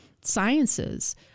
sciences